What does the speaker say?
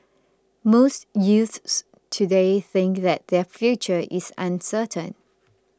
most youths today think that their future is uncertain